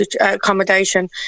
accommodation